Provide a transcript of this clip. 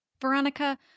Veronica